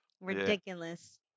Ridiculous